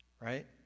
Right